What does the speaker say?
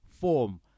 form